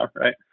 right